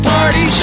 Party